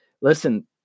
listen